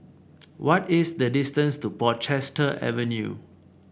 what is the distance to Portchester Avenue